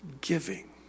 giving